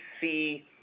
see